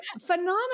phenomenal